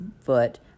foot